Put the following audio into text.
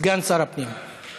סגן שר הפנים (אומר